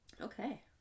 Okay